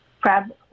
crab